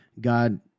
God